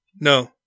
no